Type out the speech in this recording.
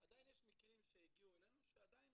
עדיין יש מקרים שהגיעו אלינו שעדיין